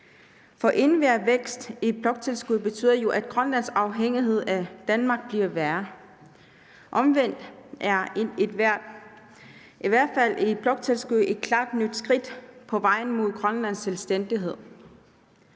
For enhver vækst i bloktilskuddet betyder jo, at Grønlands afhængighed af Danmark bliver større. Omvendt er hvert et fald i bloktilskuddet et klart nyt skridt på vejen mod Grønlands selvstændighed.